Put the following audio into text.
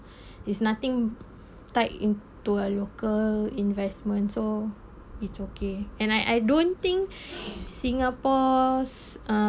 it's nothing tied into a local investment so it's okay and I I don't think singapore's